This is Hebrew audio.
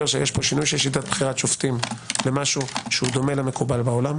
שיש פה של שינוי בחירת שופטים למשהו שהוא דומה למקובל בעולם,